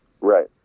Right